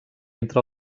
entre